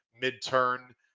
mid-turn